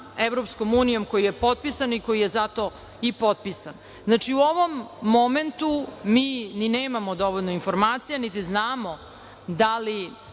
sa EU koji je potpisan i koji je zato i potpisan. Znači, u ovom momentu mi ni nemamo dovoljno informacija, niti znamo da li